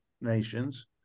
nations